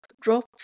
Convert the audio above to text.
Drop